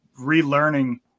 relearning